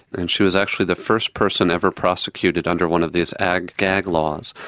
and she was actually the first person ever prosecuted under one of these ag-gag laws.